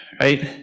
right